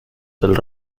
del